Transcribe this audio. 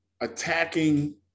attacking